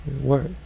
work